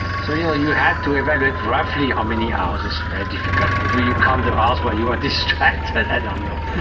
so you know you had to evaluate roughly how many hours, it's very difficult. do you count the hours where you are distracted? i don't know.